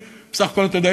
בסך הכול אתה יודע,